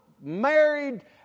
married